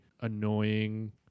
annoying